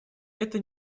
это